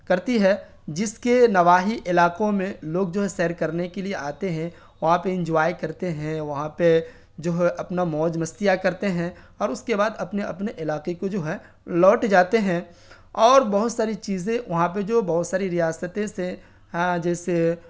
کرتی ہے جس کے نواحی علاقوں میں لوگ جو ہے سیر کرنے کے لیے آتے ہیں وہاں پہ انجوائے کرتے ہیں وہاں پہ جو ہے اپنا موج مستیاں کرتے ہیں اور اس کے بعد اپنے اپنے علاقے کو جو ہے لوٹ جاتے ہیں اور بہت ساری چیزیں وہاں پہ جو بہت ساری ریاستیں سے جیسے